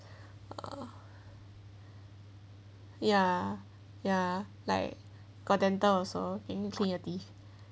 ya ya like got dental also in clean your teeth